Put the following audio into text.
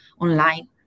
online